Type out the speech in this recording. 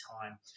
time